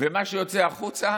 ומה שיוצא החוצה